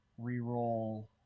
reroll